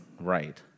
right